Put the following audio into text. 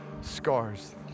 scars